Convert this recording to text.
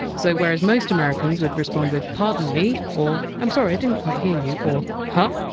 so whereas most americans would respond with pardon me? or i'm sorry, i didn't quite hear you' or huh,